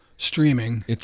Streaming